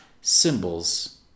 Symbols